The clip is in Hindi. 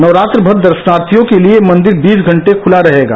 नवरात्र भर दर्शनार्थियों के लिये मंदिर बीस घंटे खुला रहेगा